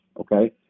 okay